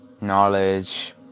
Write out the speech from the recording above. knowledge